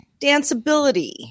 danceability